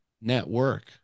network